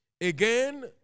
Again